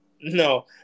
No